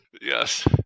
Yes